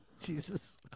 Jesus